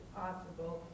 possible